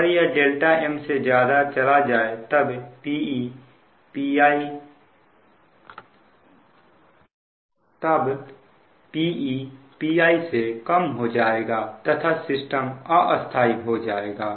अगर यह m से ज्यादा चला जाए तब Pe Pi से कम हो जाएगा तथा सिस्टम अस्थाई हो जाएगा